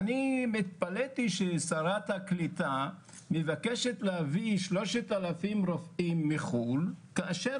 התפלאתי ששרת הקליטה מבקשת להביא 3,000 רופאים מחו"ל כאשר